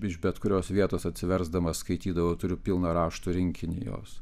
iš bet kurios vietos atsiversdamas skaitydavau turiu pilną raštų rinkinį jos